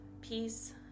peace